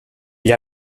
gli